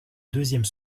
deuxième